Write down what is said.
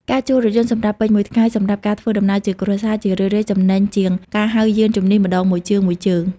ការជួលរថយន្តសម្រាប់ពេញមួយថ្ងៃសម្រាប់ការធ្វើដំណើរជាគ្រួសារ ជារឿយៗចំណេញជាងការហៅយានជំនិះម្តងមួយជើងៗ។